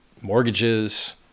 mortgages